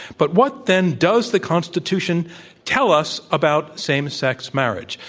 but what then does the constitution tell us about same sex marriage?